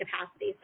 capacity